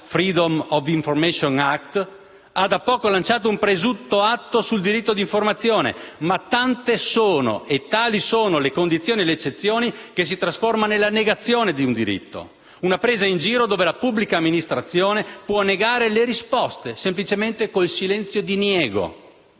(Freedom of information act), ha da poco lanciato un presunto atto sul diritto di informazione, ma tante e tali sono le condizioni e le eccezioni che tale atto si trasforma nella negazione di un diritto, in una presa in giro dove la pubblica amministrazione può negare le risposte semplicemente con il silenzio-diniego.